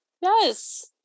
yes